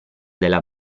della